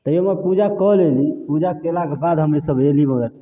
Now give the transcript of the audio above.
तैओमे पूजा कऽ लेली पूजा कएलाके बाद हमेसभ अएली मगर